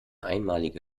einmalige